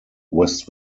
west